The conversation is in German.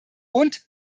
und